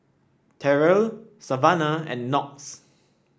Terrell Savanah and Knox